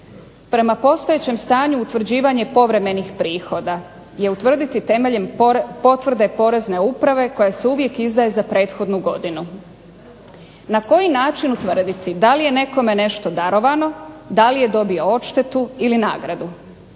Prema postojećem stanju utvrđivanje povremenih prihoda je utvrdili temeljem potvrde porezne uprave koja se uvijek izdaje za prethodnu godinu. Na koji način utvrdili da li je nekome nešto darovano, da li je dobio odštetu ili nagradu.